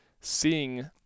seeing